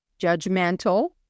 judgmental